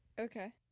Okay